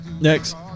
Next